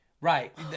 Right